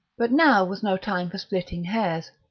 but now was no time for splitting hairs